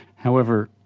however,